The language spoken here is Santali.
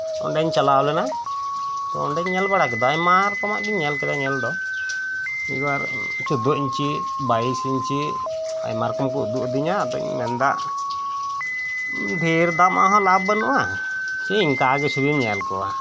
ᱚᱸᱰᱮᱧ ᱪᱟᱞᱟᱣᱞᱮᱱᱟ ᱚᱸᱰᱮᱧ ᱧᱮᱞ ᱵᱟᱲᱟᱠᱮᱫᱟ ᱟᱭᱢᱟ ᱨᱚᱠᱚᱢᱟᱜ ᱜᱤᱧ ᱧᱮᱞ ᱠᱮᱫᱟ ᱧᱮᱞᱫᱚ ᱢᱤᱫᱵᱟᱨ ᱪᱚᱫᱫᱚ ᱤᱧᱪᱤ ᱵᱟᱭᱤᱥ ᱤᱧᱪᱤ ᱟᱭᱢᱟᱨᱚᱠᱚᱢ ᱠᱩ ᱩᱫᱩᱜ ᱟᱫᱤᱧᱟ ᱟᱫᱚᱧ ᱢᱮᱱᱫᱟ ᱰᱷᱮᱨᱫᱟᱢᱟᱜ ᱦᱚᱸ ᱞᱟᱵ ᱵᱟᱹᱱᱩᱜᱼᱟ ᱥᱮᱭ ᱮᱱᱠᱟᱜᱤ ᱪᱷᱚᱵᱤᱢ ᱧᱮᱞᱠᱚᱣᱟ